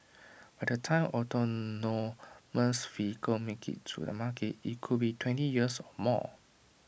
by the time autonomous vehicles make IT to the market IT could be twenty years or more